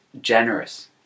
generous